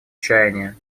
чаяния